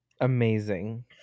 amazing